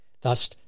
Thus